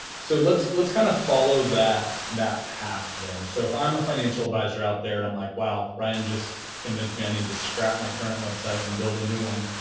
so, let's let's kind of follow that that path then. so, if i'm a financial advisor out there, and i'm like, wow, ryan just convinced me i need to scrap my current website and build a new one,